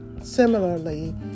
similarly